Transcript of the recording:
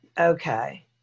Okay